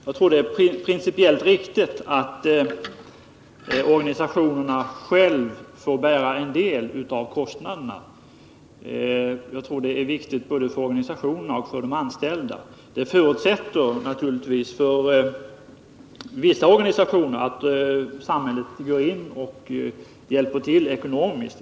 Jag tror det är principiellt riktigt att organisationerna själva får bära en del av kostnaderna — det är viktigt både för organisationerna och för de anställda. Det förutsätter naturligtvis för vissa organisationer att samhället går in och hjälper till ekonomiskt.